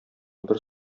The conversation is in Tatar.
бер